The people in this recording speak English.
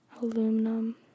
aluminum